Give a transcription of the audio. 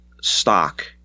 stock